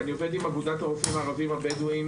אני עובד עם אגודת הרופאים הערבים הבדואים